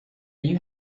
you